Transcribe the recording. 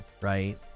right